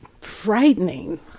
frightening